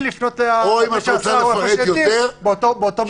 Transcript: לפנות ל"הפה שאסר הוא הפה שהתיר" באותו מדרג.